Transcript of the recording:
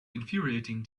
infuriating